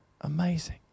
amazing